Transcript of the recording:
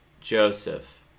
Joseph